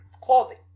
clothing